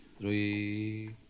three